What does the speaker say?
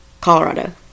Colorado